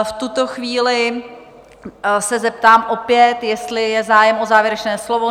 V tuto chvíli se zeptám opět, jestli je zájem o závěrečné slovo?